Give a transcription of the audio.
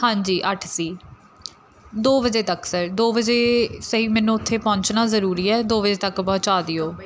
ਹਾਂਜੀ ਅੱਠ ਸੀ ਦੋ ਵਜੇ ਤੱਕ ਸਰ ਦੋ ਵਜੇ ਸਹੀ ਮੈਨੂੰ ਉੱਥੇ ਪਹੁੰਚਣਾ ਜ਼ਰੂਰੀ ਹੈ ਦੋ ਵਜੇ ਤੱਕ ਪਹੁੰਚਾ ਦਿਓ